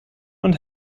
und